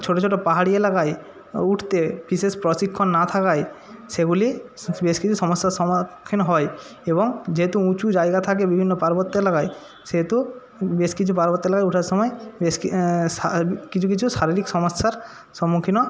ছোটো ছোটো পাহাড়ি এলাকায় উঠতে বিশেষ প্রশিক্ষণ না থাকায় সেগুলি বেশ কিছু সমস্যার হয় এবং যেহেতু উঁচু জায়গা থাকে বিভিন্ন পার্বত্য এলাকায় সেহেতু বেশ কিছু পার্বত্য এলাকায় উঠার সময় বেশ কিছু কিছু শারীরিক সমস্যার সম্মুখীনও